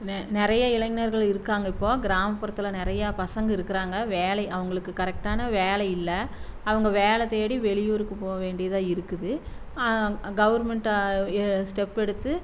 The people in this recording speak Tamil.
நிறைய இளைஞர்கள் இருக்காங்க இப்போது கிராமப்புறத்தில் நிறையா பசங்கள் இருக்குறாங்க வேலை அவங்களுக்கு கரெக்டான வேலை இல்லை அவங்க வேலை தேடி வெளியூருக்கு போக வேண்டியதாக இருக்குது கவுர்மெண்ட்டு ஸ்டெப் எடுத்து